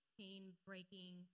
pain-breaking